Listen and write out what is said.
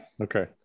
Okay